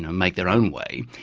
and make their own way.